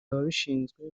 ababishinzwe